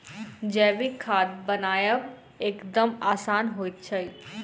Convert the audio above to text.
जैविक खाद बनायब एकदम आसान होइत छै